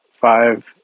five